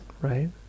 right